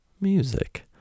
music